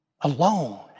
alone